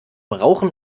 rauchen